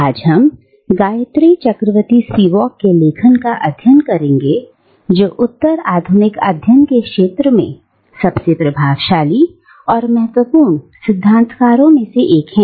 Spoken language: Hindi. आज हम गायत्री चक्रवर्ती स्पिवाक के लेखन का अध्ययन करेंगे जो उत्तर आधुनिक अध्ययन के क्षेत्र में सबसे प्रभावशाली और महत्वपूर्ण सिद्धांतकारों में से एक है